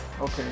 Okay